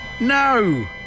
No